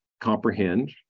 comprehend